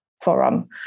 Forum